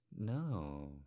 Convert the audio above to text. No